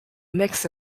mix